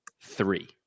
three